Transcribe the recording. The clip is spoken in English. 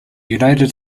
united